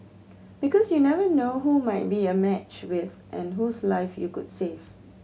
because you never know who might be a match with and whose life you could save